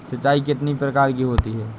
सिंचाई कितनी प्रकार की होती हैं?